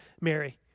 Mary